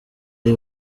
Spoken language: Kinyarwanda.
ari